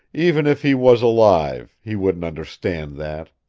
even if he was alive, he wouldn't understand that.